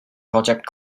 project